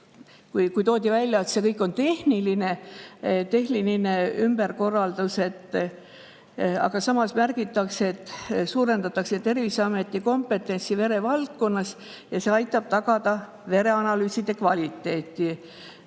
et toodi välja, et see kõik on tehniline ümberkorraldus, aga samas märgitakse, et suurendatakse Terviseameti kompetentsi verevaldkonnas ja see aitab tagada vereanalüüside kvaliteeti.